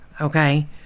okay